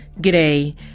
G'day